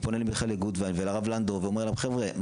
ופונה למיכאל גוטוויין ולרב לנדאו ואומר להם חבר'ה,